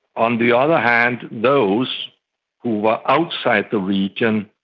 on the other hand, those who were outside the region,